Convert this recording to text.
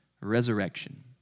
resurrection